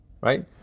right